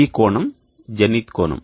ఈ కోణం జెనిత్ కోణం